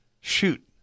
Shoot